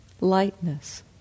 Lightness